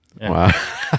Wow